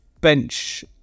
bench